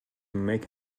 make